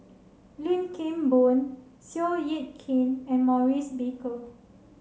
Lim Kim Boon Seow Yit Kin and Maurice Baker